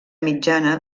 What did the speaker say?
mitjana